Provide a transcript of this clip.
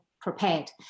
prepared